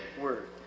word